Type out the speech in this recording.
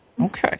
Okay